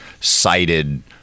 cited